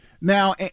Now